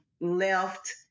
left